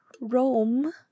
Rome